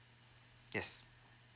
yes